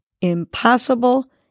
impossible